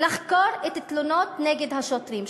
לחקור את התלונות נגד השוטרים,